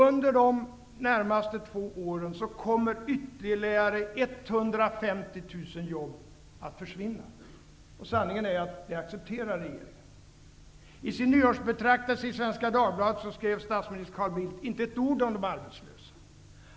Under de närmaste två åren kommer ytterligare 150 000 jobb att försvinna. Sanningen är att regeringen accepterar det. I sin nyårsbetraktelse i Svenska Dagbladet skrev statsminister Carl Bildt inte ett ord om de arbetslösa.